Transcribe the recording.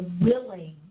willing